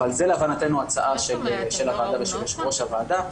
זו להבנתנו ההצעה של הוועדה ושל יושב-ראש הוועדה.